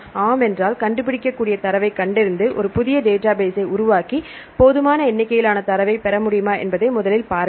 ஆம் என்றால் கண்டுபிடிக்கக்கூடிய தரவைக் கண்டறிந்து ஒரு புதிய டேட்டாபேஸ்ஸை உருவாக்கி போதுமான எண்ணிக்கையிலான தரவைப் பெற முடியுமா என்பதை முதலில் பாருங்கள்